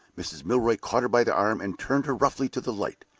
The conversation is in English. mrs. milroy caught her by the arm, and turned her roughly to the light.